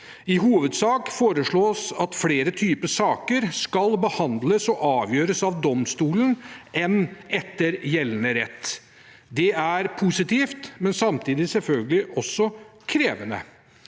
I hovedsak foreslås det at flere typer saker heller skal behandles og avgjøres av domstolene enn etter gjeldende rett. Det er positivt, men samtidig selvfølgelig krevende.